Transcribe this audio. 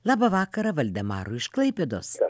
labą vakarą valdemarui iš klaipėdos